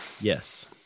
Yes